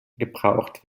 gebraucht